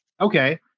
okay